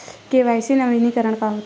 KYC नवीनीकरण का होथे?